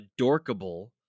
adorkable